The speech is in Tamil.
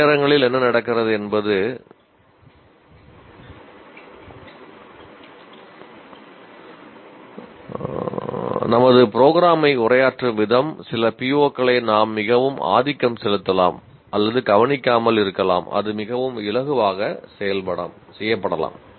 சில நேரங்களில் என்ன நடக்கிறது என்பது நமது ப்ரோம்கிராம்மை உரையாற்றும் விதம் சில POக்களை நாம் மிகவும் ஆதிக்கம் செலுத்தலாம் அல்லது கவனிக்காமல் இருக்கலாம் அது மிகவும் இலகுவாக செய்யப்படலாம்